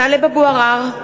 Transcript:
(קוראת בשמות חברי הכנסת) טלב אבו עראר,